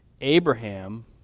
Abraham